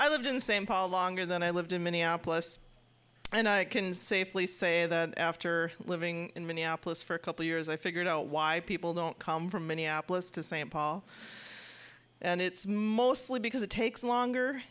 i lived in st paul longer than i lived in minneapolis and i can safely say that after living in minneapolis for a couple years i figured out why people don't come from minneapolis to st paul and it's mostly because it takes longer